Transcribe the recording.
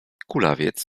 kulawiec